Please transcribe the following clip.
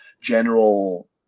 general